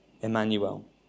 Emmanuel